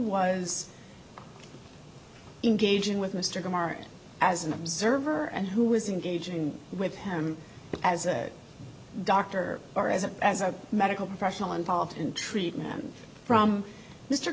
was engaging with mr martin as an observer and who was engaging with him as a doctor or as a as a medical professional involved in treatment from m